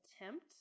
attempt